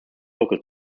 local